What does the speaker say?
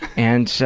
and